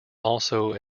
also